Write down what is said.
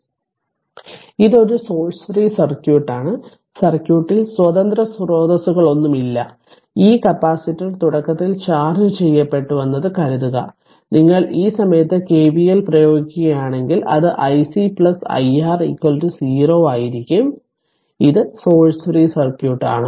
അതിനാൽ ഇത് ഒരു സോഴ്സ് ഫ്രീ സർക്യൂട്ടാണ് സർക്യൂട്ടിൽ സ്വതന്ത്ര സ്രോതസ്സുകളൊന്നുമില്ല ഈ കപ്പാസിറ്റർ തുടക്കത്തിൽ ചാർജ്ജ് ചെയ്യപ്പെട്ടുവെന്ന് കരുതുക നിങ്ങൾ ഈ സമയത്ത് കെവിഎൽ പ്രയോഗിക്കുകയാണെങ്കിൽ അത് iC iR 0 ആയിരിക്കും അതിനാൽ ഇത് ഒരു സോഴ്സ് ഫ്രീ സർക്യൂട്ട് ആണ്